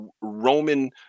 Roman